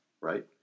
right